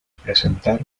presentar